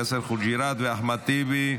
יאסר חוג'יראת ואחמד טיבי.